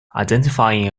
identifying